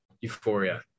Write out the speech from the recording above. euphoria